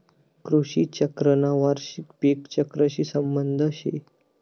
कृषी चक्रना वार्षिक पिक चक्रशी संबंध शे